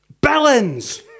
Balance